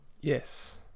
Yes